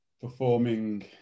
performing